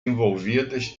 envolvidas